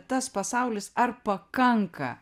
tas pasaulis ar pakanka